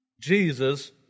Jesus